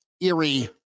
eerie